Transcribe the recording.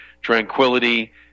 tranquility